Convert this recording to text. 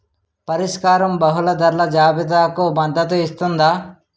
పరిష్కారం బహుళ ధరల జాబితాలకు మద్దతు ఇస్తుందా?